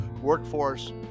workforce